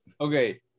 Okay